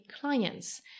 clients